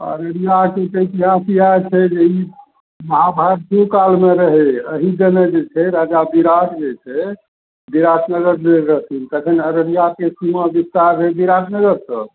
अररियाके तऽ इतिहास इएह छै जे ई महाभारतो कालमे रहै एहिदने जे छै राजा विराट जे छै बिराट नगर गेल रहथिन तखन अररियाके सीमा विस्तार रहै बिराट नगरसे